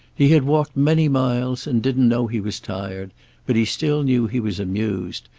he had walked many miles and didn't know he was tired but he still knew he was amused,